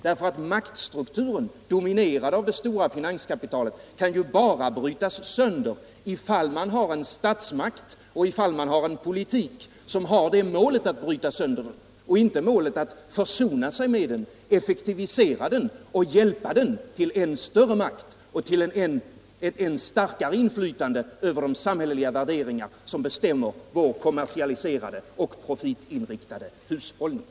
Denna - dominerad av det stora finanskapitalet — kan ju bara brytas sönder ifall man har en statsmakt och en politik som har detta som mål, och inte målet att försona sig med maktstrukturen, effektivisera den och hjälpa den till än större makt och till ett än starkare inflytande över de samhälleliga värderingar som bestämmer vår kommersialiserade och profitinriktade hushållning.